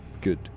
good